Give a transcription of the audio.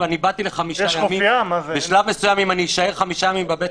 אם אני באתי לחמישה ימים ואשאר חמישה ימים בבית